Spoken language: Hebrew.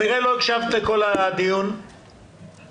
גם